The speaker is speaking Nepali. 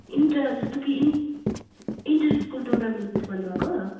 इन्ट्र जस्तै कि इन् इन्टर स्कुल टुर्नामेन्ट भन्नुभएको